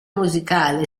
musicale